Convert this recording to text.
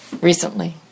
recently